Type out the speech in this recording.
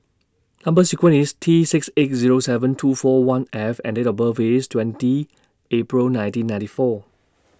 Number sequence IS T six eight Zero seven two four one F and Date of birth IS twenty April nineteen ninety four